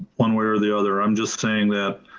one way or the other. i'm just saying that,